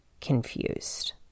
confused